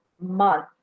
month